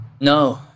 No